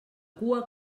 cua